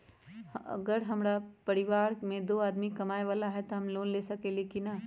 अगर हमरा परिवार में दो आदमी कमाये वाला है त हम लोन ले सकेली की न?